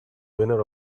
winner